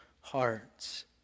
hearts